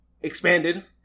expanded